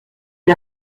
est